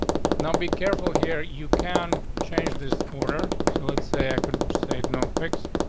now, be careful here. you can change this order. so let's say i could save no fixed,